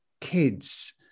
kids